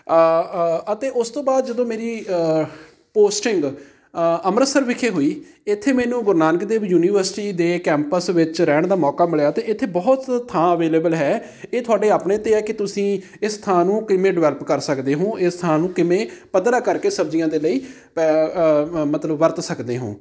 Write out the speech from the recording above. ਅਤੇ ਉਸ ਤੋਂ ਬਾਅਦ ਜਦੋਂ ਮੇਰੀ ਪੋਸਟਿੰਗ ਅੰਮ੍ਰਿਤਸਰ ਵਿਖੇ ਹੋਈ ਇੱਥੇ ਮੈਨੂੰ ਗੁਰੂ ਨਾਨਕ ਦੇਵ ਯੂਨੀਵਰਸਿਟੀ ਦੇ ਕੈਂਪਸ ਵਿੱਚ ਰਹਿਣ ਦਾ ਮੌਕਾ ਮਿਲਿਆ ਅਤੇ ਇੱਥੇ ਬਹੁਤ ਥਾਂ ਅਵੇਲੇਬਲ ਹੈ ਇਹ ਤੁਹਾਡੇ ਆਪਣੇ 'ਤੇ ਹੈ ਕਿ ਤੁਸੀਂ ਇਸ ਸਥਾਨ ਨੂੰ ਕਿਵੇਂ ਡਿਵੈਲਪ ਕਰ ਸਕਦੇ ਹੋ ਇਸ ਸਥਾਨ ਨੂੰ ਕਿਵੇਂ ਪੱਧਰਾ ਕਰ ਕੇ ਸਬਜ਼ੀਆਂ ਦੇ ਲਈ ਪ ਮਤਲਬ ਵਰਤ ਸਕਦੇ ਹੋ